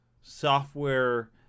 software